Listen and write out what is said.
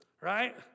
Right